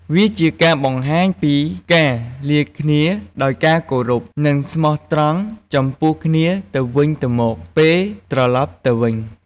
វាជាការបង្ហាញពីការលាគ្នាដោយការគោរព និងស្មោះត្រង់ចំពោះគ្នាទៅវិញទៅមកពេលត្រឡប់ទៅវិញ។